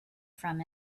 from